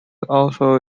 also